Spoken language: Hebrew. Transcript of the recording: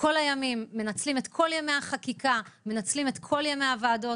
מנצלים את כל ימי החקיקה ואת כל ימי הוועדות.